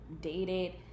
dated